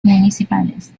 municipales